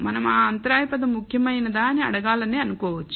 మనం ఆ అంతరాయ పదం ముఖ్యమైనదా అని అడగాలని అనుకోవచ్చు